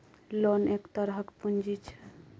loan एक तरहक पुंजी छै